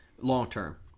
long-term